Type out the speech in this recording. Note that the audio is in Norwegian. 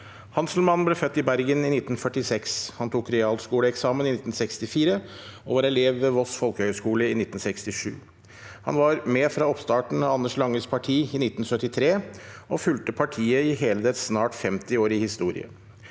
Hanselmann ble født i Bergen i 1946. Han tok realskoleeksamen i 1964 og var elev ved Voss Folkehøgskule i 1967. Han var med fra oppstarten av Anders Langes Parti i 1973 og fulgte partiet i hele dets snart 50-årige historie.